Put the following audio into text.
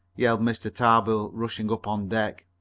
yelled mr. tarbill, rushing up on deck.